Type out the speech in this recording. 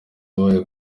yabaye